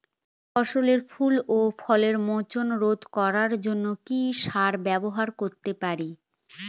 ফসলের ফুল ও ফলের মোচন রোধ করার জন্য কি সার ব্যবহার করতে পারি?